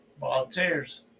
Volunteers